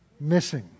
missing